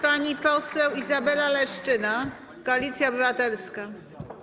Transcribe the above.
Pani poseł Izabela Leszczyna, Koalicja Obywatelska.